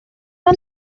ond